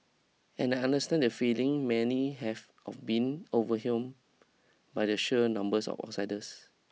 and I understand the feeling many have of being overwhelm by the sheer numbers of outsiders